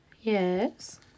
Yes